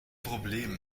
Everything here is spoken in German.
problem